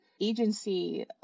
agency